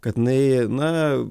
kad jinai na